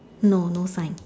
no no sign